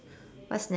what's next